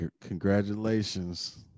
Congratulations